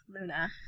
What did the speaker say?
Luna